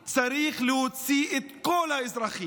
צריך להוציא את כל האזרחים,